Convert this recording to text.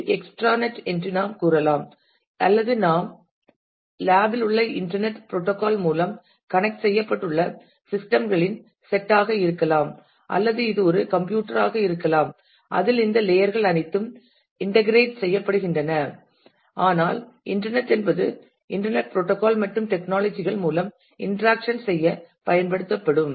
இது எக்ஸ்ட்ராநெட் என்று நாம் கூறலாம் அல்லது இது நாம் லேப் இல் உள்ள இன்டர்நெட் ப்ரோட்டோகால் மூலம் கனெக்ட் செய்யப்பட்டுள்ள சிஸ்டம் களின் செட் ஆக இருக்கலாம் அல்லது இது ஒரு கம்ப்யூட்டர் ஆக இருக்கலாம் அதில் இந்த லேயர் கள் அனைத்தும் இந்டக்ரேட் செய்யப்படுகின்றன ஆனால் இன்டர்நெட் என்பது இன்டர்நெட் ப்ரோட்டோகால் மற்றும் டெக்னாலஜி கள் மூலம் இன்டராக்சன் செய்ய பயன்படுத்தப்படும்